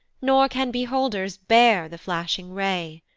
nor can beholders bear the flashing ray.